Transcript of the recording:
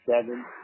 seven